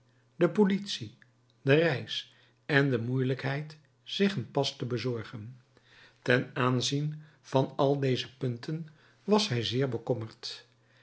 de politie de reis en de moeielijkheid zich een pas te bezorgen ten aanzien van al deze punten was hij zeer bekommerd